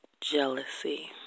jealousy